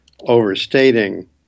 overstating